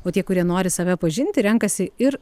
o tie kurie nori save pažinti renkasi ir